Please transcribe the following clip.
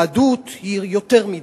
יהדות היא יותר מדת,